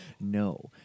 No